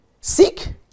seek